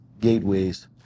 gateways